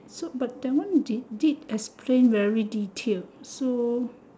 so but that one did did explain very detailed so